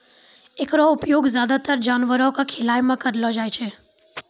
एकरो उपयोग ज्यादातर जानवरो क खिलाय म करलो जाय छै